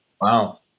Wow